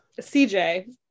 CJ